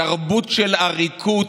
תרבות של עריקות,